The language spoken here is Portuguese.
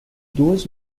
duas